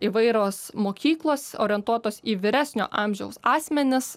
įvairios mokyklos orientuotos į vyresnio amžiaus asmenis